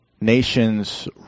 nation's